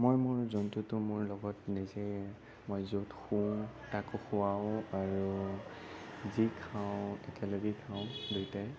মই মোৰ জন্তুটো মোৰ লগত নিজে মই য'ত শুওঁ তাকো শুৱাওঁ আৰু যি খাওঁ একেলগেই খাওঁ দুইটাই